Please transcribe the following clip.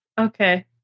Okay